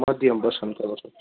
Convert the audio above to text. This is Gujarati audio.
મધ્યમ પસંદ કરો છો